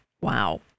Wow